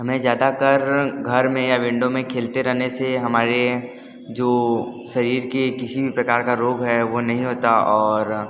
हमें ज़्यादातर घर में या विंडो में खेलते रहने से हमारे जो शरीर के किसी भी प्रकार का रोग है वह नहीं होता और